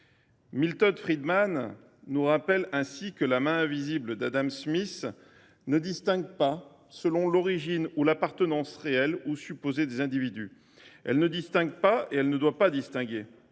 Milton Friedman nous rappelle t il que la « main invisible » d’Adam Smith ne distingue pas selon l’origine ou l’appartenance réelle ou supposée des individus. Elle ne distingue pas et elle ne doit pas distinguer